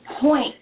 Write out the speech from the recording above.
point